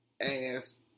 ass